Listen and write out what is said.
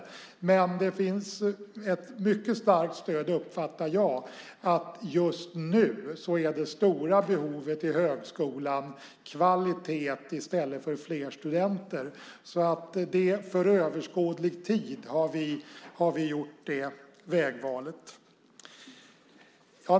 Men jag uppfattar att det finns ett mycket starkt stöd för att det som mest behövs i högskolan just nu är högre kvalitet i stället för fler studenter. För överskådlig tid har vi gjort det vägvalet.